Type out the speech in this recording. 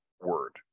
word